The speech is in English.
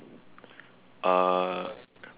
err